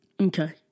Okay